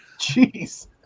Jeez